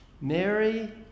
Mary